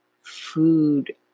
food